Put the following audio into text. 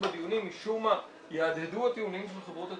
בדיונים משום מה יהדהדו הטיעונים של חברות הטבק,